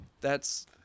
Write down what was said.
That's-